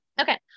okay